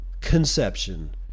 conception